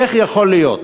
איך יכול להיות